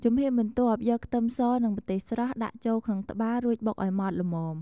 ជំហានបន្ទាប់ យកខ្ទឹមសនិងម្ទេសស្រស់ ដាក់ចូលក្នុងត្បាល់ រួចបុកឱ្យម៉ដ្ឋល្មម។